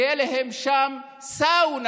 תהיה להם שם סאונה,